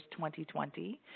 2020